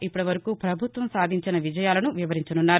ఇప్పటివరకు ప్రభుత్వం సాధించిన విజయాలను వివరించనున్నారు